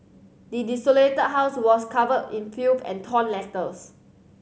the desolated house was covered in filth and torn letters